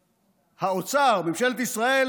האוצר, ממשלת ישראל